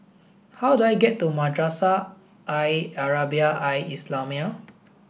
how do I get to Madrasah Al Arabiah Al Islamiah